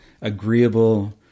agreeable